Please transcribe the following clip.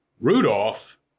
Rudolph